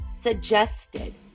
suggested